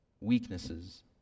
weaknesses